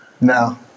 No